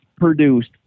produced